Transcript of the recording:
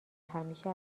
همیشه